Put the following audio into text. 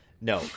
No